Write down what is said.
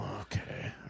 Okay